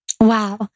Wow